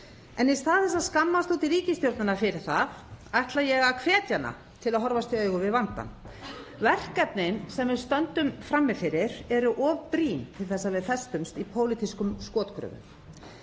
En í stað þess að skammast út í ríkisstjórnina fyrir það ætla ég að hvetja hana til að horfast í augu við vandann. Verkefnin sem við stöndum frammi fyrir eru of brýn til að við festumst í pólitískum skotgröfum.